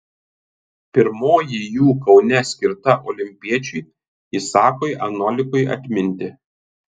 pirmoji jų kaune skirta olimpiečiui isakui anolikui atminti